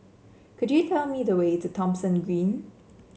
could you tell me the way to Thomson Green